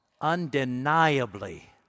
undeniably